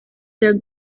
der